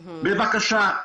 בבקשה,